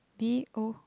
D_O